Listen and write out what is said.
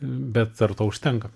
bet ar to užtenka